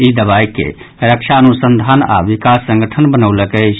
ई दवाई के रक्षा अनुसंधान आओर विकास संगठन बनौलक अछि